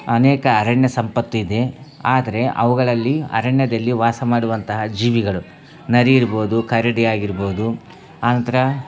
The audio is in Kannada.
ಅನೇಕ ಅರಣ್ಯ ಸಂಪತ್ತಿದೆ ಆದರೆ ಅವುಗಳಲ್ಲಿ ಅರಣ್ಯದಲ್ಲಿ ವಾಸ ಮಾಡುವಂತಹ ಜೀವಿಗಳು ನರಿ ಇರ್ಬೋದು ಕರಡಿ ಆಗಿರ್ಬೋದು ಆನಂತರ